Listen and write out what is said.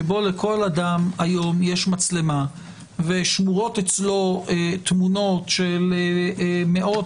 שבו לכל אדם היום יש מצלמה ושמורות אצלו תמונות של מאות